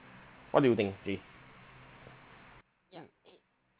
what do you think actually